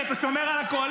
כי אתה שומר על הקואליציה,